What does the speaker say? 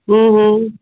હમ હમ